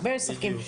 הרבה משחקים,